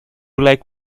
like